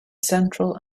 central